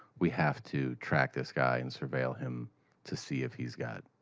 we have to track this guy, and surveil him to see if he's got.